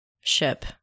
ship